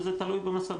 וזה גם תלוי במוסדות.